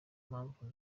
mpamvu